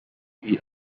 eat